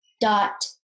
dot